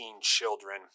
children